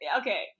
okay